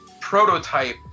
prototype